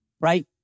right